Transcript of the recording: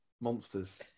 monsters